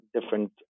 different